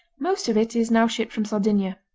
most of it is now shipped from sardinia.